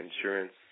insurance